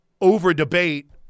over-debate